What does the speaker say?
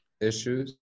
issues